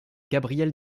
gabriel